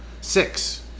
Six